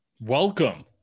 welcome